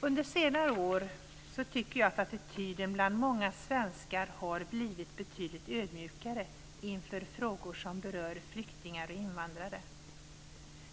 Under senare år tycker jag att attityden bland många svenskar har blivit betydligt ödmjukare inför frågor som berör flyktingar och invandrare.